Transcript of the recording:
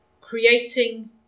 Creating